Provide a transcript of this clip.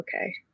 okay